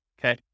okay